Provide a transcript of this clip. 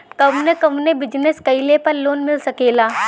कवने कवने बिजनेस कइले पर लोन मिल सकेला?